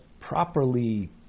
properly